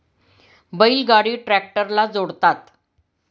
बैल गाडी ट्रॅक्टरला जोडतात